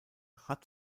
hat